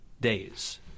days